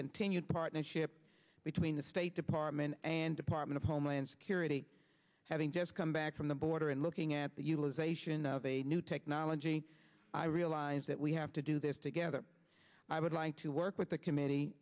continued partnership between the stay department and department of homeland security having just come back from the border and looking at the utilization of a new technology i realize that we have to do this together i would like to work with the